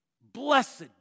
blessed